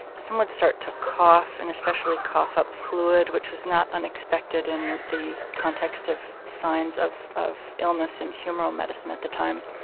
some would start to cough and especially cough up fluid, which was not unexpected in the context of signs of of illness in humoral medicine at the time.